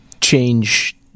change